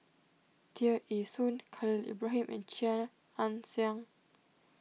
Tear Ee Soon Khalil Ibrahim and Chia Ann Siang